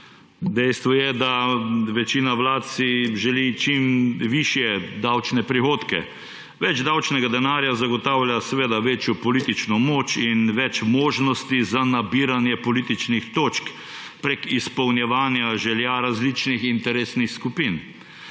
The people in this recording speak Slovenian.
Dejstvo je, da si večina vlad želi čim višje davčne prihodke. Več davčnega denarja zagotavlja večjo politično moč in več možnosti za nabiranje političnih točk prek izpolnjevanja želja različnih interesnih skupin: